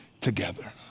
together